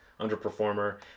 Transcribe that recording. underperformer